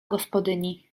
gospodyni